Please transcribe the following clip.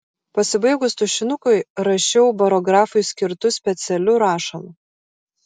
pasibaigus tušinukui rašiau barografui skirtu specialiu rašalu